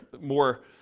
more